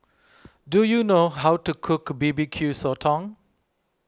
do you know how to cook B B Q Sotong